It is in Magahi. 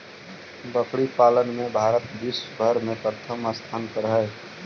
बकरी पालन में भारत विश्व भर में प्रथम स्थान पर हई